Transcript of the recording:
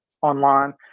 online